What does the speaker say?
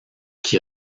qui